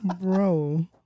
bro